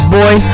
boy